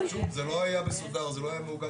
שוב, זה לא היה מסודר, זה לא היה מאורגן.